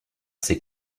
ses